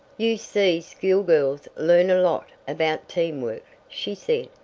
you see school girls learn a lot about team work she said.